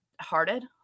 hearted